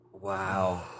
wow